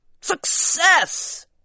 Success